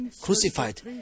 crucified